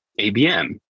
ABM